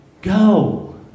Go